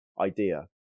idea